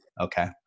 okay